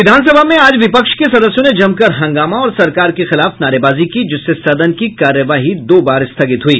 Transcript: विधानसभा में आज विपक्ष के सदस्यों ने जमकर हंगामा और सरकार के खिलाफ नारेबाजी की जिससे सदन की कार्यवाही दो बार स्थगित हुई